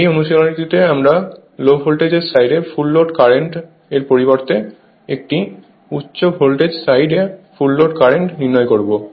এই অনুশীলনটিতে আমরা লো ভোল্টেজর সাইডে ফুল লোড কারেন্টের পরিবর্তে একটি উচ্চ ভোল্টেজ সাইডে ফুল লোড কারেন্ট নির্ণয় করবো